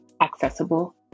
accessible